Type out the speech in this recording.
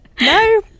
No